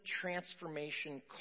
transformation